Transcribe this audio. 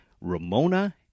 Ramona